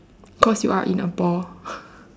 cause you are in a ball